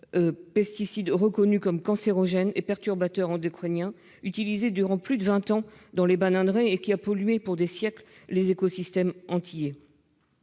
pesticide reconnu comme cancérogène et perturbateur endocrinien, utilisé durant plus de vingt ans dans les bananeraies et qui a pollué pour des siècles des écosystèmes antillais.